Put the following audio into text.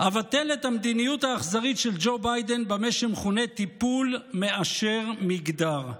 אבטל את המדיניות האכזרית של ג'ו ביידן במה שמכונה "טיפול מאשר מגדר"